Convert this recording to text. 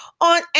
on